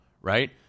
right